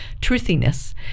truthiness